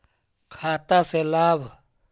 खाता से लाभ?